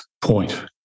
point